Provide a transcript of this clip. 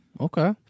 Okay